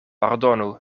pardonu